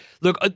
look